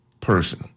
person